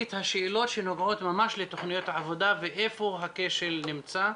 את השאלות שנוגעות ממש לתוכניות העבודה ואיפה הכשל נמצא.